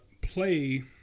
play